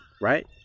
right